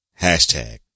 Hashtag